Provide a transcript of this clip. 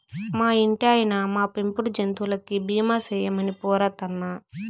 మా ఇంటాయినా, మా పెంపుడు జంతువులకి బీమా సేయమని పోరతన్నా